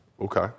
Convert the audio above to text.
Okay